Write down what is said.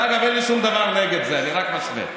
אגב, אין לי שום דבר נגד זה, אני רק משווה.